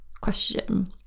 question